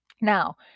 Now